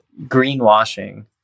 greenwashing